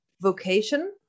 vocation